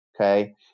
okay